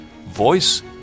voice